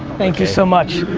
thank you so much.